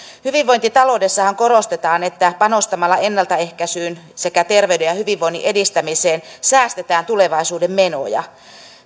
hyvinvointitaloudessahan korostetaan että panostamalla ennaltaehkäisyyn sekä terveyden ja hyvinvoinnin edistämiseen säästetään tulevaisuuden menoja